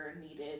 needed